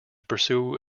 pursue